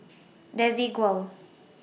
Desigual